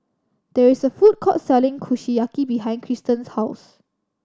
there is a food court selling Kushiyaki behind Christen's house